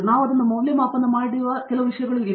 ನಾವು ಅದನ್ನು ಮೌಲ್ಯಮಾಪನ ಮಾಡುವ ಕೆಲವು ವಿಷಯಗಳು ಇವು